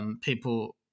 people